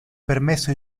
permesso